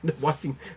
watching